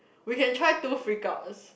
we can try two freak house